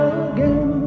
again